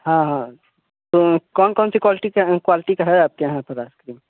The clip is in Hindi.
हाँ हाँ तो कौन कौन सी क्वालटी के क्वालटी का है आपके यहाँ पर आइसक्रीम